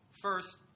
First